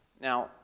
Now